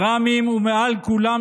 רמי"ם ומעל כולם,